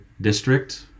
District